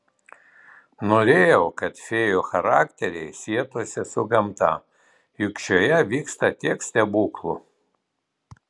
norėjau kad fėjų charakteriai sietųsi su gamta juk šioje vyksta tiek stebuklų